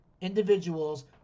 individuals